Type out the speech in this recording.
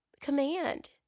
command